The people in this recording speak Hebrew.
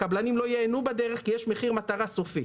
הקבלנים לא ייהנו מזה כי יש מחיר מטרה סופי.